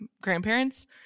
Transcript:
grandparents